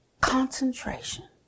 concentration